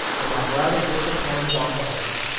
and i'm rather disappointed on the whole.